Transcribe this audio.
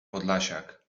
podlasiak